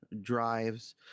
drives